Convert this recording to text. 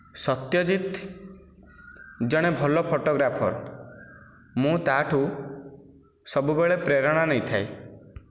ସତ୍ୟଜିତ ଜଣେ ଭଲ ଫୋଟୋଗ୍ରାଫର ମୁଁ ତାଠୁ ସବୁବେଳେ ପ୍ରେରଣା ନେଇଥାଏ